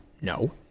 No